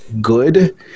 good